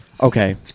Okay